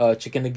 chicken